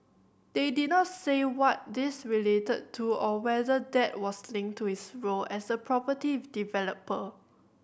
they did not say what these related to or whether that was linked to his role as a property developer